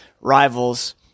rivals